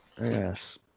Yes